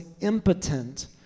impotent